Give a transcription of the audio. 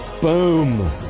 Boom